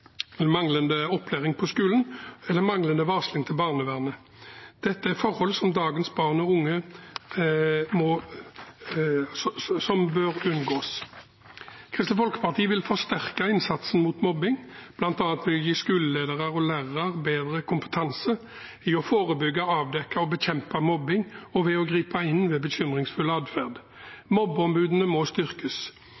opplæring på skolen, eller manglende varsling til barnevernet. Dette er forhold som bør unngås for dagens barn og unge. Kristelig Folkeparti vil forsterke innsatsen mot mobbing, bl.a. ved å gi skoleledere og lærere bedre kompetanse i å forebygge, avdekke og bekjempe mobbing, og ved å gripe inn ved bekymringsfull atferd.